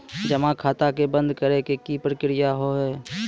जमा खाता के बंद करे के की प्रक्रिया हाव हाय?